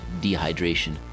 dehydration